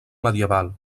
medieval